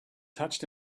touched